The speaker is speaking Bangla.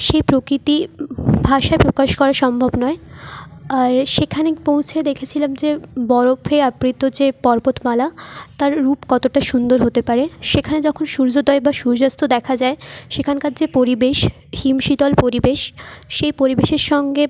সেই প্রকৃতি ভাষায় প্রকাশ করা সম্ভব নয় আর সেখানে পৌঁছে দেখেছিলাম যে বরফে আবৃত যে পর্বতমালা তার রূপ কতোটা সুন্দর হতে পারে সেখানে যখন সূর্যোদয় বা সূর্যাস্ত দেখা যায় সেখানকার যে পরিবেশ হিম শীতল পরিবেশ সেই পরিবেশের সঙ্গে